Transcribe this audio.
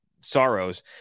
sorrows